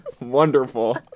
Wonderful